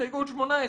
הסתייגות 18 שלנו: